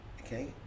okay